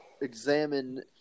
examine